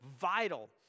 vital